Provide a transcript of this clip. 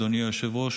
אדוני היושב-ראש,